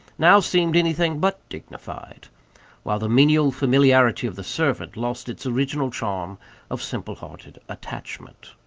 now seemed anything but dignified while the menial familiarity of the servant lost its original charm of simple-hearted attachment.